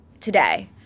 today